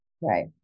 Right